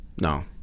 No